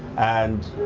and